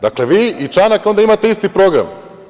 Dakle, vi i Čanak onda imate isti program.